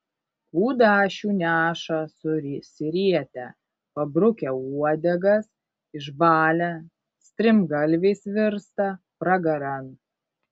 kudašių neša susirietę pabrukę uodegas išbalę strimgalviais virsta pragaran